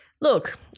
Look